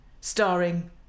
Starring